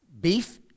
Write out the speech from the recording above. beef